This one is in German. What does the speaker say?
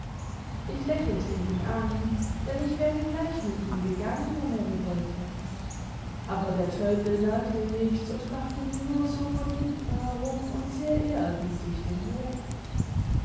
ich lächelte ihn an denn ich wäre gleich mit ihm gegangen wenn er gewollt hätte aber der tölpel merkte nichts und machte mir nur so von hinten henmi und sehr ehrerbietig den hof